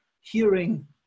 hearing